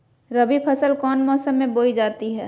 रबी फसल कौन मौसम में बोई जाती है?